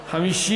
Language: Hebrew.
נתקבלה.